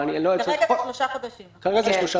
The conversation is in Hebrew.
כרגע זה שלושה חודשים.